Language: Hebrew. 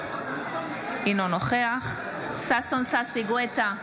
אינו נוכח ששון ששי גואטה,